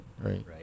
Right